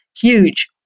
Huge